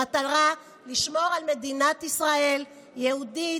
במטרה לשמור על מדינת ישראל יהודית,